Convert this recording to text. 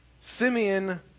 Simeon